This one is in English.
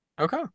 Okay